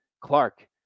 Clark